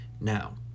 Now